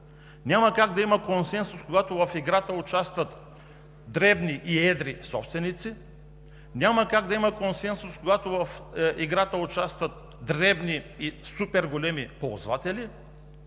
Няма как да има консенсус, когато в играта участват дребни и едри собственици. Няма как да има консенсус, когато в играта участват дребни и суперголеми ползватели.